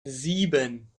sieben